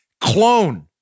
clone